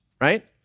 right